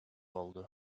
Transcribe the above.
oldu